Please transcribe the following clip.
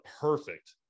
perfect